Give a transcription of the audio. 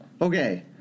Okay